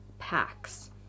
packs